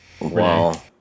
Wow